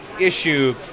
issue